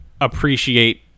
appreciate